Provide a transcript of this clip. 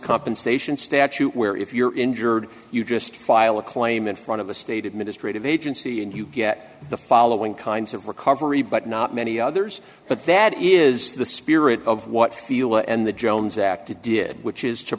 compensation statute where if you're injured you just file a claim in front of the state administrative agency and you get the following kinds of recovery but not many others but that is the spirit of what feel and the